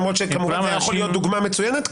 למרות שכמובן זה היה יכול להיות דוגמה מצוינת,